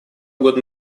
года